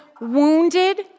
wounded